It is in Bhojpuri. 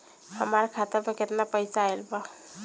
हमार खाता मे केतना पईसा आइल बा?